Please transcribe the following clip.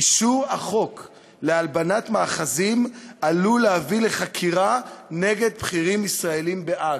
"אישור החוק להלבנת מאחזים עלול להביא לחקירה נגד בכירים ישראלים בהאג".